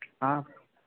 हाँ